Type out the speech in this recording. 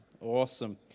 Awesome